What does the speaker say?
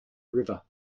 river